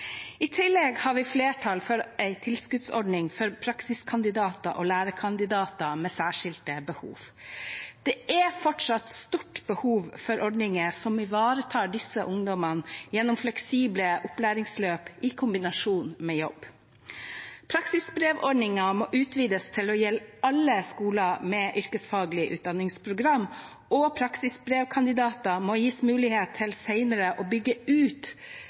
I tillegg har vi flertall for en tilskuddsordning for praksiskandidater og lærekandidater med særskilte behov. Det er fortsatt stort behov for ordninger som ivaretar disse ungdommene gjennom fleksible opplæringsløp i kombinasjon med jobb. Praksisbrevordningen må utvides til å gjelde alle skoler med yrkesfaglige utdanningsprogram, og praksisbrevkandidater må gis mulighet til senere å bygge ut